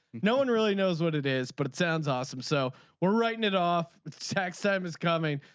no one really knows what it is but it sounds awesome. so we're writing it off. tax time is coming.